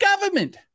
government